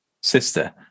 sister